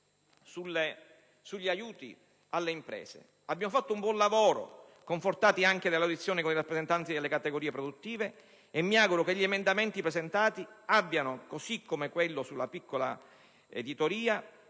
Abbiamo svolto un buon lavoro, confortati anche dall'audizione con i rappresentati delle categorie produttive, e mi auguro che gli emendamenti presentati abbiano, così come quello sulla piccola editoria,